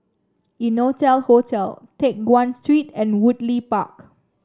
Innotel Hotel Teck Guan Street and Woodleigh Park